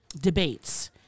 debates